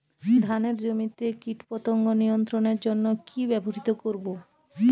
ধানের জমিতে কীটপতঙ্গ নিয়ন্ত্রণের জন্য কি ব্যবহৃত করব?